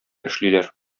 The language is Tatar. эшлиләр